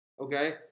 Okay